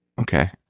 Okay